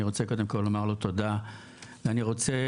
אני רוצה